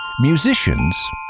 musicians